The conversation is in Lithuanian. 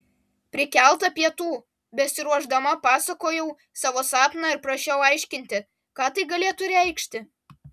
prikelta pietų besiruošdama pasakojau savo sapną ir prašiau aiškinti ką tai galėtų reikšti